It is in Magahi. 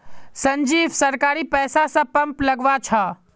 संजीव सरकारी पैसा स पंप लगवा छ